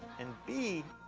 and b,